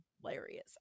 hilarious